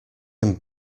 him